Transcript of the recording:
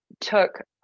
took